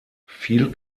viel